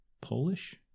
Polish